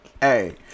hey